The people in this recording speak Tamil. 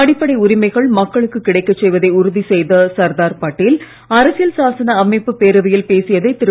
அடிப்படை உரிமைகள் மக்களுக்கு கிடைக்கச் செய்வதை உறுதி செய்ய சர்தார் படேல் அரசியல் சாசன அமைப்புப் பேரவையில் பேசியதை திரு